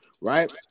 right